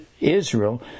Israel